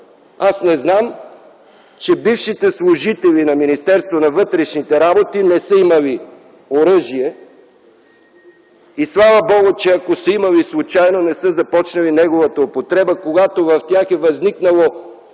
аз не знам, че бившите служители на Министерството на вътрешните работи не са имали оръжие, и слава Богу, че ако са имали случайно, не са започнали неговата употреба, когато в тях е възникнало